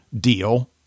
deal